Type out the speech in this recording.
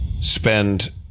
Spend